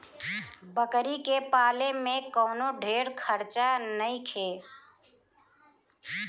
बकरी के पाले में कवनो ढेर खर्चा नईखे